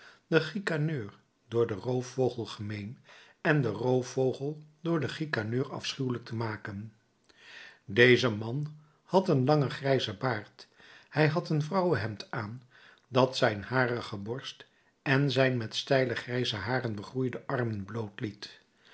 de chicaneur door den roofvogel gemeen en de roofvogel door den chicaneur afschuwelijk te maken dezen man had een langen grijzen baard hij had een vrouwenhemd aan dat zijn harige borst en zijn met steile grijze haren begroeide armen bloot liet